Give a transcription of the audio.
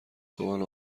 تومن